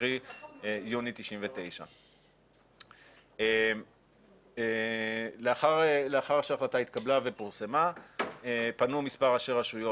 קרי יוני 99'. לאחר שההחלטה התקבלה ופורסמה פנו מספר ראשי רשויות